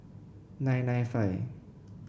nine nine five